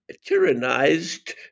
tyrannized